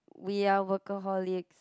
we are workaholics